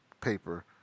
paper